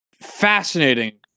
fascinating